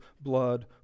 blood